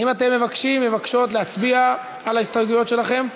האם אתם מבקשים ומבקשות להצביע על ההסתייגויות שלכם?